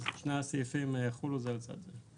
אז שני הסעיפים יחולו זה לצד זה.